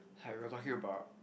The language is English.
we were talking about